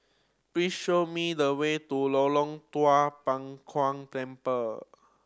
please show me the way to Tua Pek Kong Temple